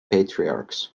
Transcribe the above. patriarchs